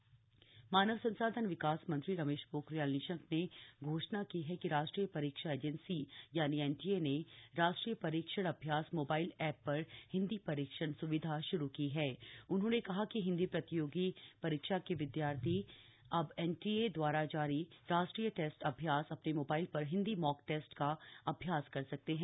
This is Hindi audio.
राष्ट्रीय परीक्षण अभ्यास मानव संसाधन विकास मंत्री रमेश पोखरियाल निशंक ने घोषणा की है कि राष्ट्रीय परीक्षा एजेंसी एनटीए ने राष्ट्रीय परीक्षण अभ्यास मोबाइल ऐप पर हिंदी परीक्षण सुविधा शुरू की हथ उन्होंने कहा कि हिंदी प्रतियोगी परीक्षा के विद्यार्थी अब एनटीए द्वारा जारी राष्ट्रीय टेस्ट अभ्यास अपने मोबाइल पर हिंदी मॉक टेस्ट का अभ्यास कर सकते हैं